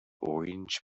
orange